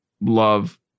love